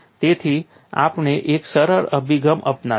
તેથી આપણે એક સરળ અભિગમ અપનાવીશું